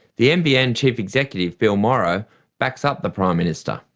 the nbn chief executive bill morrow backs up the prime minister.